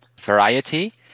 variety